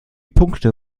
punkte